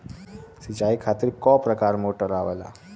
सिचाई खातीर क प्रकार मोटर आवेला?